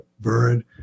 bird